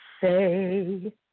say